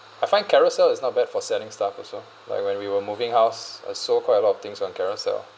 I find Carousell is not bad for selling stuff also like when we were moving house I sold quite a lot of things on Carousell